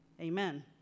amen